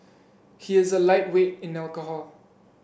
he is a lightweight in alcohol